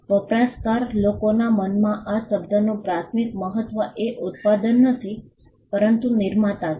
વપરાશકાર લોકોના મનમાં આ શબ્દનું પ્રાથમિક મહત્વ એ ઉત્પાદન નથી પરંતુ નિર્માતા છે